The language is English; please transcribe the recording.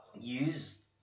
use